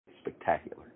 spectacular